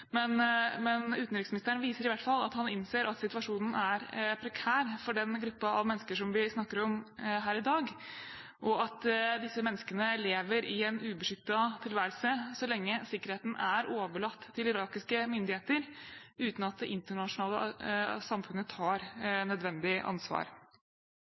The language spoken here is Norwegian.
Men utenriksministeren viser i hvert fall at han innser at situasjonen er prekær for den gruppen av mennesker som vi snakker om her i dag, og at disse menneskene lever i en ubeskyttet tilværelse så lenge sikkerheten er overlatt til irakiske myndigheter, uten at det internasjonale samfunnet tar nødvendig ansvar.